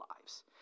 lives